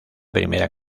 primera